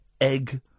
egg